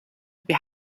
wir